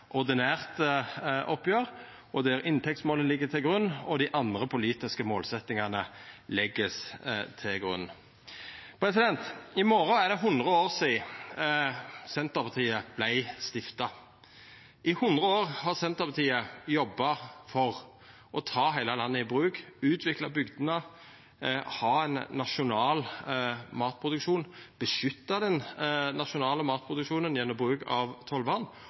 ordinært oppgjer der inntektsmålet ligg til grunn, og der dei andre politiske målsetjingane vert lagde til grunn. I morgon er det 100 år sidan Senterpartiet vart stifta. I 100 år har Senterpartiet jobba for å ta heile landet i bruk, utvikla bygdene, ha ein nasjonal matproduksjon, beskytta den nasjonale matproduksjonen gjennom bruk av